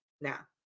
now